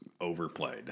overplayed